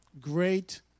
great